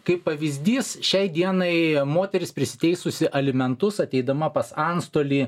kaip pavyzdys šiai dienai moteris prisiteisusi alimentus ateidama pas antstolį